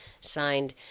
Signed